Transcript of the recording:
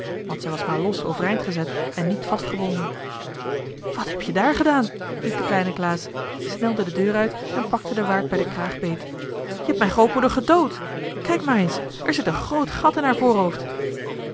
want zij was maar los overeind gezet en niet vastgebonden wat heb je daar gedaan riep de kleine klaas snelde de deur uit en pakte den waard bij den kraag beet je hebt mijn grootmoeder gedood kijk maar eens er zit een groot gat in haar voorhoofd